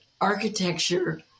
architecture